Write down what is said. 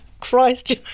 Christ